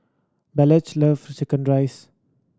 Blanchard love chicken rice